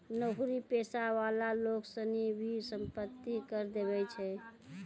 नौकरी पेशा वाला लोग सनी भी सम्पत्ति कर देवै छै